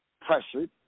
pressured